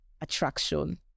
attraction